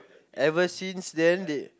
ever since then they